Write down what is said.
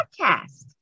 podcast